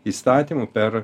įstatymų per